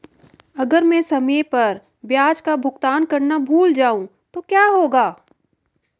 अगर मैं समय पर ब्याज का भुगतान करना भूल जाऊं तो क्या होगा?